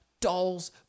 dolls